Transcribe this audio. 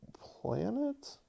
Planet